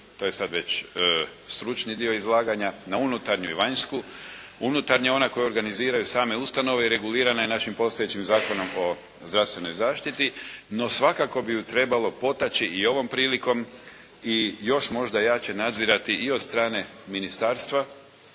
to je sada već stručni dio izlaganja, na unutarnju i vanjsku. Unutarnja je ona koje organiziraju same ustanove i regulirana je našim postojećim zakonom o zdravstvenoj zaštiti, no svakako bi je trebalo potaći ovom prilikom i još jače nadzirane i od strane ministarstva